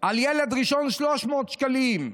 על ילד ראשון 300 שקלים,